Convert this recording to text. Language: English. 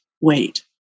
wait